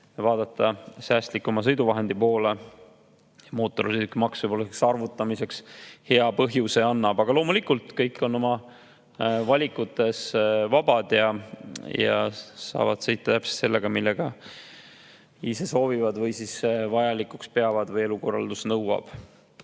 vaadata säästlikuma sõiduvahendi poole, siis mootorsõidukimaks annab selle arvutamiseks hea põhjuse. Aga loomulikult, kõik on oma valikutes vabad ja saavad sõita täpselt sellega, millega ise soovivad või mida vajalikuks peavad või elukorraldus nõuab.